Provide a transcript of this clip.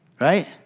right